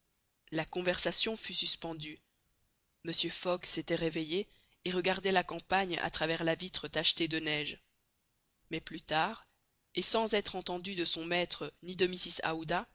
la conversation fut suspendue mr fogg s'était réveillé et regardait la campagne à travers la vitre tachetée de neige mais plus tard et sans être entendu de son maître ni de mrs aouda